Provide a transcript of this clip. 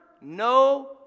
no